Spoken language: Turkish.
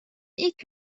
ilk